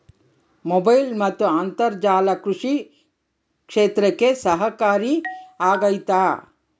Mobile ಮತ್ತು ಅಂತರ್ಜಾಲ ಕೃಷಿ ಕ್ಷೇತ್ರಕ್ಕೆ ಸಹಕಾರಿ ಆಗ್ತೈತಾ?